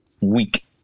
week